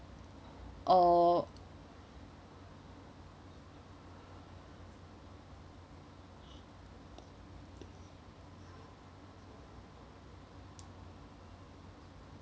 or